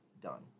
done